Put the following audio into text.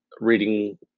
reading